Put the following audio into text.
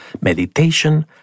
Meditation